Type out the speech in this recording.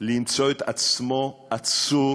למצוא את עצמו עצור